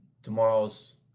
tomorrow's